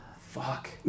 Fuck